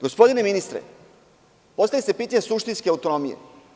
Gospodine ministre, postavlja se pitanje suštinske autonomije.